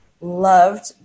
loved